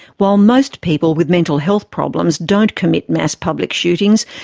while most people with mental health problems don't commit mass public shootings,